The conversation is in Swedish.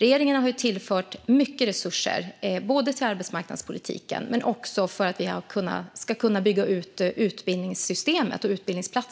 Regeringen har tillfört mycket resurser både till arbetsmarknadspolitiken och för att vi ska kunna bygga ut utbildningssystemet